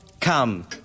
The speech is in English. Come